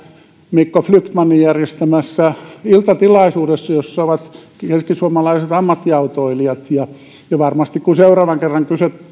mikko flyktmanin järjestämässä iltatilaisuudessa jossa ovat keskisuomalaiset ammattiautoilijat ja varmasti kun seuraavan kerran